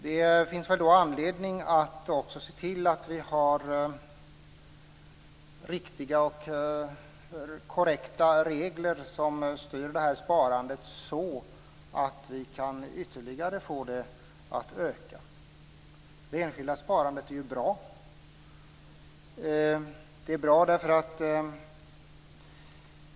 Det finns väl då anledning att också se till att vi har riktiga och korrekta regler som styr detta sparande så att vi kan öka det ytterligare. Det enskilda sparandet är bra.